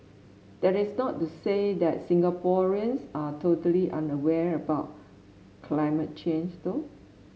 that is not to say that Singaporeans are totally unaware about climate change though